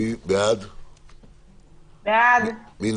מי שמצביע בעד החוק הזה,